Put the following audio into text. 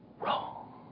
wrong